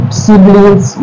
siblings